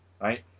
right